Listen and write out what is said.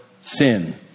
sin